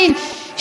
שייב,